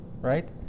right